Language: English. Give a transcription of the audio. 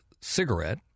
cigarette